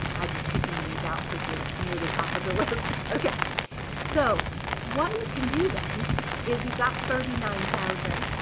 i'm just picking these out because they're near the top of the list. so what you can do then is you got thirty nine thousand,